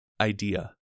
idea